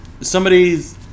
somebody's